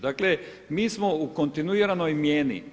Dakle, mi smo u kontinuiranoj mijeni.